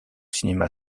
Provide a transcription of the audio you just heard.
cinéma